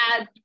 add